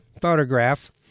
photograph